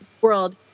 world